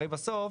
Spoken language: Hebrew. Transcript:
הרי בסוף